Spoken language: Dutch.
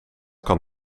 kan